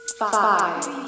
five